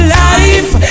life